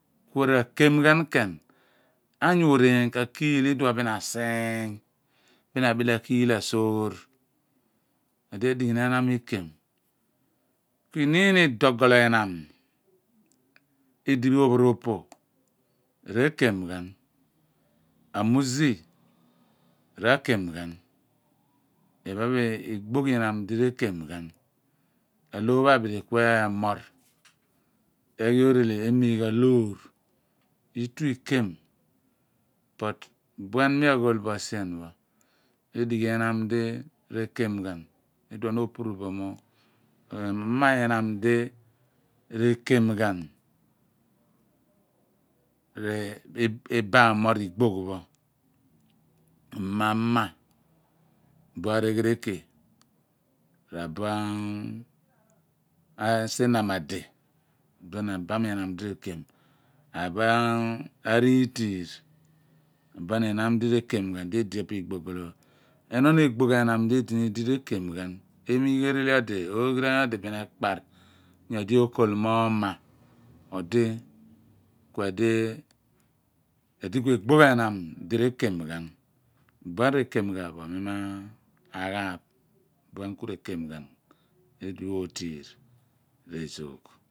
Ku rakem ghan ken angu oreeny ka kiiu ni iduon bin asiiny bin abile akii anoor eh idighim ehnam ikem inim odogolo ihnam idipho ophoro po re/kem ghan amuzi ra/kem ghan iphen pho biga ihnam di r/ekem ghan aloor pho abuli ehnoor eghi orele emiigha loor i/fu ikem but buan ni aghot bo sien pho idighi ihnam di rekem ghan ibam mo r'igbogh pho ku mi na ama bio areghereke r'abua arinamade buen ibam ihnam di rekem ghan abuo ariitiir abuen ihnam di rekem di edi epe igbogolo phe ehnon egbogh ehnam edini di re/kem ghan ereele odi r'oghiiriany odi bin akpar nyodi okol mo ooma edi ku egbogh ehnam r/kem ghan iphen rekem ghan bo ni maghaaph idiph otiir ridipho ezoogh.